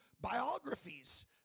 biographies